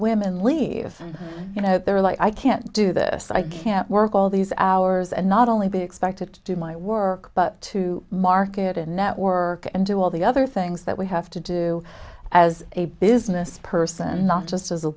women leave you know they're like i can't do this i can't work all these hours and not only be expected to do my work but to market and network and do all the other things that we have to do as a business person not just as a